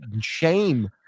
shame